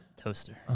Toaster